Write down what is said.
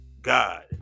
God